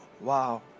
Wow